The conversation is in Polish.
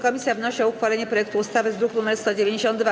Komisja wnosi o uchwalenie projektu ustawy z druku nr 192.